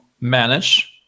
manage